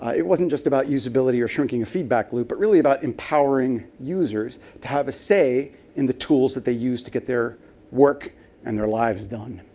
it wasn't just about usability or shrinking feedback loop, but really about empowering users to have a say in the tools that they use to get their work and their lives done.